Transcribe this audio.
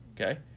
Okay